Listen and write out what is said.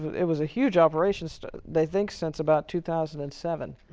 it was a huge operation they think since about two thousand and seven.